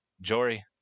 Jory